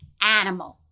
animal